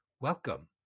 Welcome